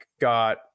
got